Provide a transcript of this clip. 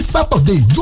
Saturday